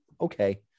okay